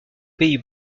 pays